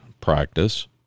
practice